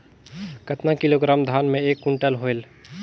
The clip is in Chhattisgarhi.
कतना किलोग्राम धान मे एक कुंटल होयल?